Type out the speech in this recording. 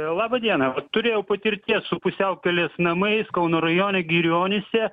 laba diena turėjau patirties su pusiaukelės namais kauno rajone girionyse